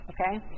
okay